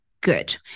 good